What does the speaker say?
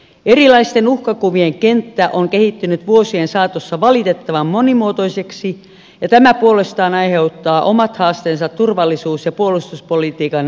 erilaisten uhkakuvien kenttä on kehittynyt vuosien saatossa valitettavan monimuotoiseksi ja tämä puolestaan aiheuttaa omat haasteensa turvallisuus ja puolustuspolitiikan saralla